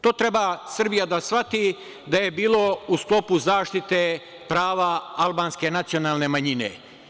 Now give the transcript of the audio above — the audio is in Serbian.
To treba Srbija da shvati da je bilo u sklopu zaštite prava albanske nacionalne manjine.